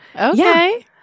Okay